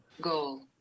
goal